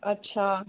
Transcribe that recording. अच्छा